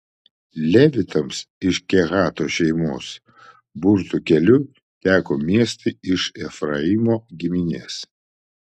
levitams iš kehato šeimos burtų keliu teko miestai iš efraimo giminės